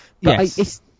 yes